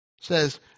says